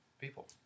people